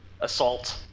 assault